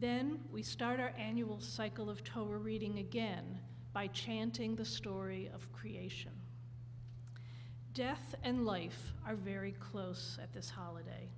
then we start our annual cycle of toe reading again by chanting the story of creation death and life are very close at this holiday